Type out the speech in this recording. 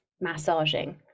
massaging